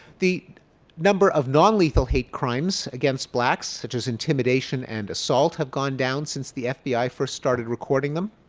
the number of non-lethal hate crimes against blacks, such as intimidation and assault. have gone down since the fbi first started recording them.